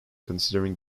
considering